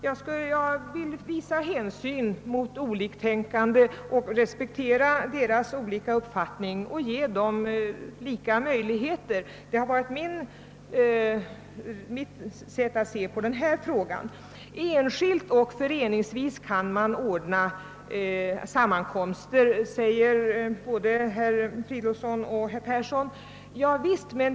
Jag vill för min del visa hänsyn mot oliktänkande och respektera deras olika uppfattning, ge dem lika möjligheter. Det har varit mitt sätt att se på denna fråga. Enskilt och föreningsvis kan man ordna sammankomster, säger både herr Fridolfsson i Stockholm och herr Persson i Heden.